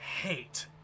hate